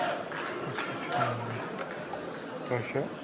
اَچھا ٹھیٖک تۄہہِ چھا